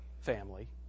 family